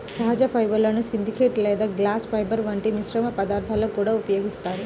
సహజ ఫైబర్లను సింథటిక్ లేదా గ్లాస్ ఫైబర్ల వంటి మిశ్రమ పదార్థాలలో కూడా ఉపయోగిస్తారు